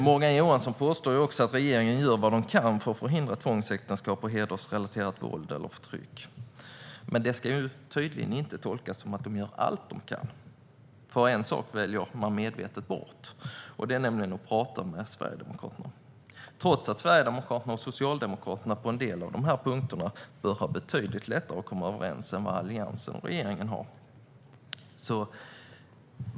Morgan Johansson påstår också att regeringen gör vad man kan för att förhindra tvångsäktenskap och hedersrelaterat våld eller förtryck, men det ska tydligen inte tolkas som att man gör allt man kan. En sak väljer man medvetet bort, nämligen att prata med Sverigedemokraterna. Ändå bör Sverigedemokraterna och Socialdemokraterna på en del av dessa punkter ha betydligt lättare att komma överens än vad Alliansen och regeringen har.